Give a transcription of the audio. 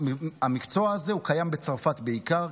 המקצוע הזה קיים בצרפת בעיקר,